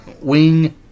Wing